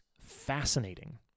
fascinating